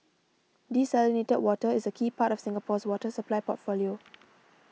desalinated water is a key part of Singapore's water supply portfolio